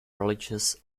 religious